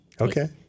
Okay